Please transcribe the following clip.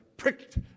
pricked